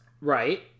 Right